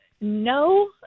no